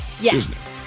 Yes